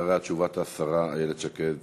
הוא הסעיף